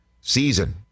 season